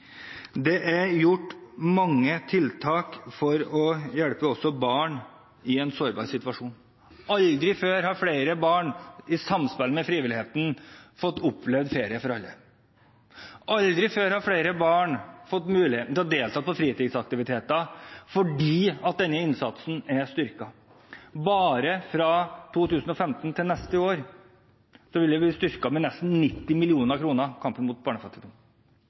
Det er også gjort mange tiltak for å hjelpe barn i en sårbar situasjon. Aldri før har flere barn i samspill med frivilligheten fått oppleve Ferie for alle. Aldri før har flere barn fått muligheten til å delta i fritidsaktiviteter, fordi denne innsatsen er styrket. Bare fra 2015 til neste år vil kampen mot barnefattigdom bli styrket med nesten 90